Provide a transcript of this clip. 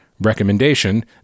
recommendation